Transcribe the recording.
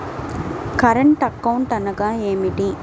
Current account అనగా ఏమిటి?